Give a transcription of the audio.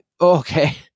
Okay